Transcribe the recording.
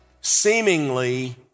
seemingly